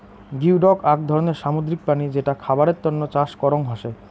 geoduck আক ধরণের সামুদ্রিক প্রাণী যেটা খাবারের তন্ন চাষ করং হসে